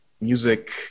music